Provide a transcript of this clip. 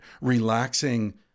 relaxing